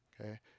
okay